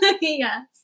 Yes